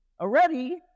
already